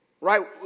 right